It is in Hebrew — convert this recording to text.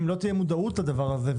אם לא תהיה מודעות לדבר הזה,